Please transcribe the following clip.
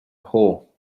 hole